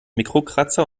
mikrokratzer